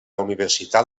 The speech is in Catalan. universitat